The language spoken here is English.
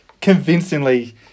convincingly